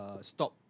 stop